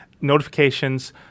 notifications